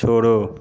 छोड़ो